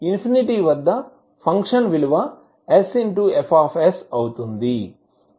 infinity వద్ద function విలువ sFs అవుతుంది